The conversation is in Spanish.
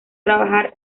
trabajar